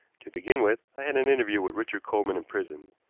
to begin with, i had an interview with richard coleman in prison.